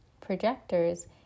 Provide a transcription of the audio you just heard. Projectors